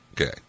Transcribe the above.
Okay